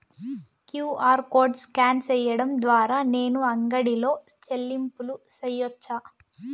QR code scan సేయడం ద్వారా నేను అంగడి లో చెల్లింపులు సేయొచ్చా?